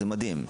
מדהים.